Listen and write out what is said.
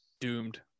Doomed